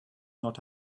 not